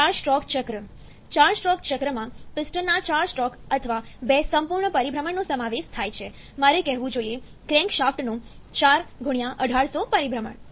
4 stroke ચક્ર 4 stroke ચક્રમાં પિસ્ટનના ચાર સ્ટ્રોક અથવા બે સંપૂર્ણ પરિભ્રમણનો સમાવેશ થાય છે મારે કહેવું જોઈએ ક્રેન્કશાફ્ટનું 4 × 1800 પરિભ્રમણ